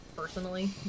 Personally